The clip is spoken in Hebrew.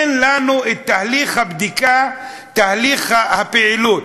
אין לנו את תהליך הבדיקה, תהליך הפעילות.